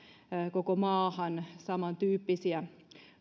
koko maahan saman tyyppisiä